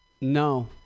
No